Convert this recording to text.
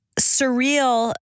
surreal